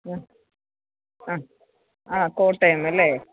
മ്മ് അ ആ കോട്ടയം അല്ലേ